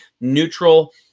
neutral